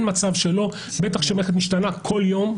אין מצב שלא, בטח כאשר מערכת משתנה כל יום.